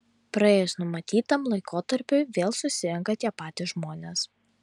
praėjus numatytam laikotarpiui vėl susirenka tie patys žmonės